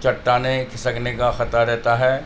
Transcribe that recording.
چٹانیں کھسکنے کا خطرہ رہتا ہے